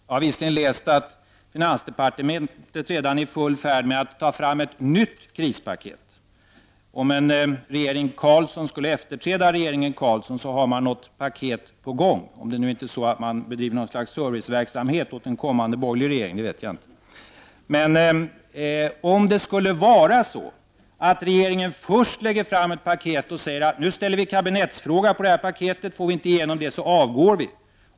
Jag har visserligen läst att finansdepartementet redan är i färd med att ta fram ett nytt krispaket. Om en regering Carlsson skulle efterträda regeringen Carlsson, har man ett paket på gång, om det nu inte är så att man bedriver någon slags serviceverksamhet åt en kommande borgerlig regering. Om det skulle vara så att regeringen först lägger fram ett paket och ställer kabinettsfråga på detta paket och säger att om den inte får igenom det avgår den.